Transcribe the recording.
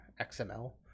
XML